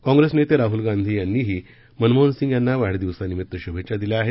कॉंग्रेस नेते राहूल गांधी यांनीही मनमोहन सिंग यांना वाढदिवसानिमित्त शुभेच्छा दिल्या आहेत